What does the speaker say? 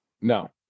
No